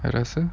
I rasa